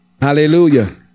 Hallelujah